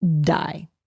die